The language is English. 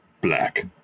black